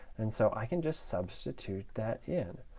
and so i can just substitute that in.